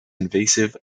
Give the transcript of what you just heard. invasive